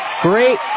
Great